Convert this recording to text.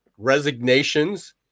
resignations